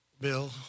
bill